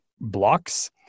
blocks